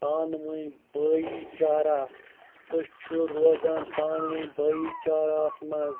پانہٕ ؤنۍ بایی چارہ أسۍ چھِ روزان پانہٕ ؤنۍ بایی چاراہَس منٛز